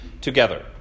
together